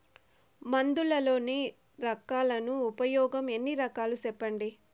మందులలోని రకాలను ఉపయోగం ఎన్ని రకాలు? సెప్పండి?